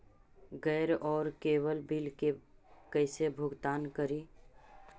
Gas और cable bill के कैसे भुगतान करी?